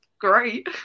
great